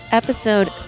episode